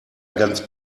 ganz